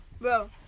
Bro